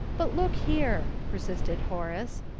but, look here, persisted horace.